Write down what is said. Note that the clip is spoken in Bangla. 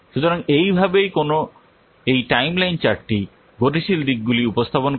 সুতরাং এইভাবেই এই টাইমলাইন চার্টটি গতিশীল দিকগুলি উপস্থাপন করে